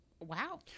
wow